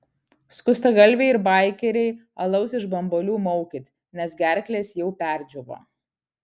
skustagalviai ir baikeriai alaus iš bambalių maukit nes gerklės jau perdžiūvo